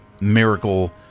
Miracle